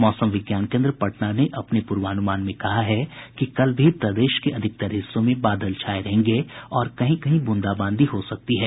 मौसम विज्ञान कोन्द्र पटना ने अपने पूर्वानुमान में कहा है कि कल भी प्रदेश के अधिकांश हिस्सों में बादल छाये रहेंगे और कहीं कहीं ब्रंदाबांदी भी हो सकती है